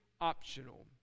optional